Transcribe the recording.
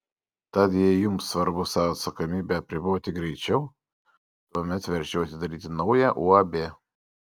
tad jei jums svarbu savo atsakomybę apriboti greičiau tuomet verčiau atidaryti naują uab